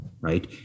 right